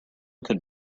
could